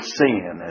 sin